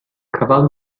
caval